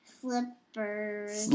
Slippers